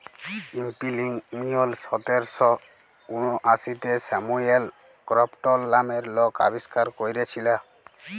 spinning mule সতের শ উনআশিতে স্যামুয়েল ক্রম্পটল লামের লক আবিষ্কার ক্যইরেছিলেল